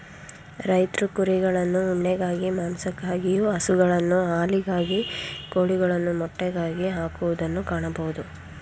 ರೈತ್ರು ಕುರಿಗಳನ್ನು ಉಣ್ಣೆಗಾಗಿ, ಮಾಂಸಕ್ಕಾಗಿಯು, ಹಸುಗಳನ್ನು ಹಾಲಿಗಾಗಿ, ಕೋಳಿಗಳನ್ನು ಮೊಟ್ಟೆಗಾಗಿ ಹಾಕುವುದನ್ನು ಕಾಣಬೋದು